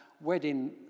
wedding